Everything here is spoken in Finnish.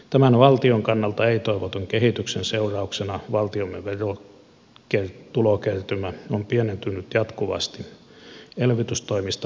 tämän valtion kannalta ei toivotun kehityksen seurauksena valtiomme verotulokertymä on pienentynyt jatkuvasti elvytystoimista huolimatta